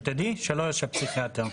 שתדעי שבמרכז חוסן לא יושב פסיכיאטר.